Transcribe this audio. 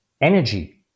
energy